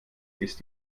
ist